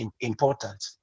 important